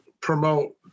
promote